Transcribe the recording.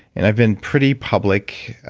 and i've been pretty public,